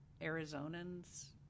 Arizonans